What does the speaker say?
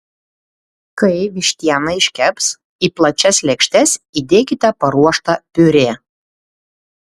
kai vištiena iškeps į plačias lėkštes įdėkite paruoštą piurė